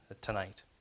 tonight